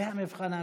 זה המבחן האמיתי.